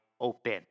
open